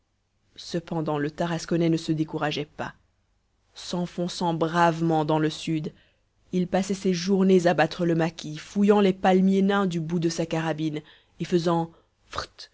cependant le tarasconnais ne se décourageait pas s'enfonçant bravement dans le sud il passait ses journées à battre le maquis fouillant les palmiers nains du bout de sa carabine et faisant